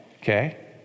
Okay